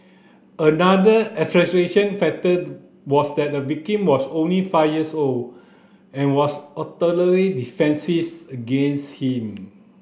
another factor was that the victim was only five years old and was utterly defences against him